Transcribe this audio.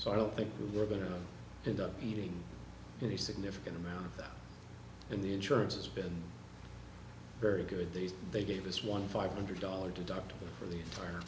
so i don't think we're going to end up eating any significant amount of that in the insurance has been very good days they gave us one five hundred dollars deductible for the